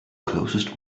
closest